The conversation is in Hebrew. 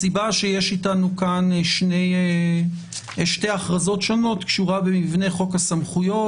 הסיבה שיש איתנו כאן שתי הכרזות שונות קשורה במבנה חוק הסמכויות.